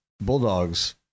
Bulldogs